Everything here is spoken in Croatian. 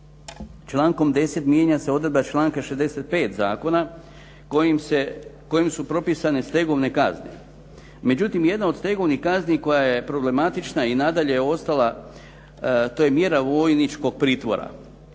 Člankom 10 mijenja se odredba članka 65. zakona kojim se, kojim su propisane stegovne kazne. Međutim, jedna od stegovnih kazni koja je problematična i nadalje je ostala to je mjera vojničkog pritvora.